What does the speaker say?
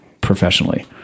professionally